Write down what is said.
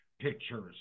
pictures